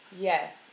Yes